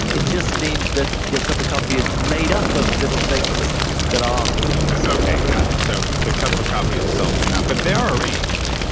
it just means that your cup of coffee is made up of little things that are conscious. okay. got it. so, the cup of of coffee itself may not, but they are arranged,